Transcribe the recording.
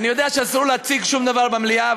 אני יודע שאסור להציג שום דבר במליאה,